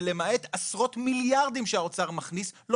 ולמעט עשרות מיליארדים שהאוצר מכניס לא